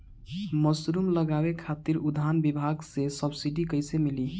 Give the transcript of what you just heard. Mushroom लगावे खातिर उद्यान विभाग से सब्सिडी कैसे मिली?